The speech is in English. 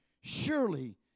surely